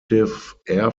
airflow